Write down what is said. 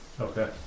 Okay